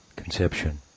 conception